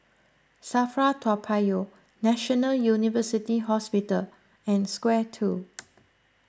Safra Toa Payoh National University Hospital and Square two